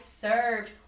served